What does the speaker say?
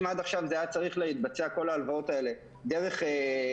אם עד עכשיו זה היה צריך להתבצע כל ההלוואות האלה דרך מייצג,